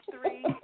three